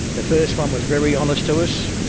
the first one was very honest to us.